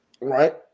Right